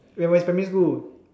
ya when is primary school